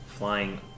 flying